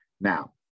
now